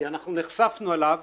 כי אנחנו נחשפנו אליו